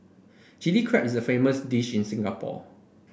Chilli Crab is a famous dish in Singapore